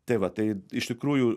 tai va tai iš tikrųjų